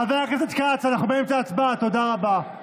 חבר הכנסת כץ, אנחנו באמצע ההצבעה, תודה רבה.